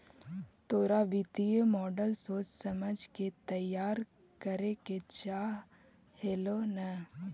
तोरा वित्तीय मॉडल सोच समझ के तईयार करे के चाह हेलो न